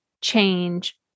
change